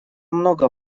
много